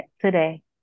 today